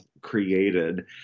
created